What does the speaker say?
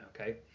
okay